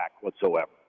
whatsoever